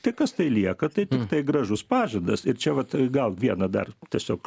tai kas tai lieka tai tiktai gražus pažadas ir čia vat gal vieną dar tiesiog